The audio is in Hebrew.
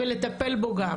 ולטפל בו גם?